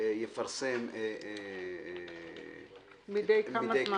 יפרסם מדי כמה זמן